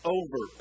over